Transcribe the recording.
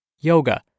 yoga